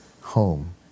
home